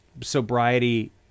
sobriety